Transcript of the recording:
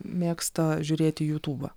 mėgsta žiūrėti jūtūbą